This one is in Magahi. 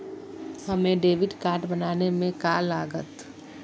हमें डेबिट कार्ड बनाने में का लागत?